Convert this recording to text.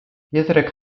pietrek